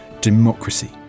democracy